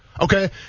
Okay